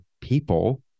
people